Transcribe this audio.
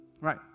Right